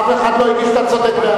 אף אחד לא הגיש, אתה צודק.